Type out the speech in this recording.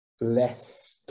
less